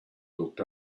looked